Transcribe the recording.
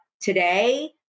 today